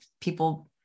people